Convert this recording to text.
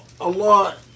Allah